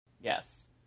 yes